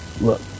Look